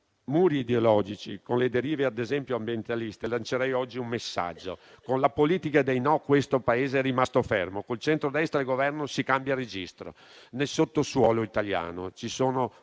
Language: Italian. muri ideologici, ad esempio con le derive ambientaliste, lancerei oggi un messaggio: con la politica dei no questo Paese è rimasto fermo, ma col centrodestra al Governo si cambia registro. Nel sottosuolo italiano ci sono